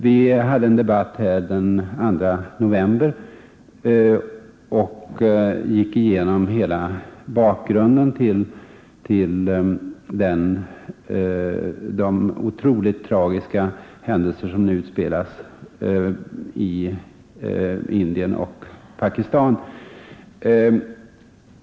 Vi förde en debatt här den 2 november, då vi gick igenom hela bakgrunden till de oerhört tragiska händelser som nu utspelas i Indien och Pakistan.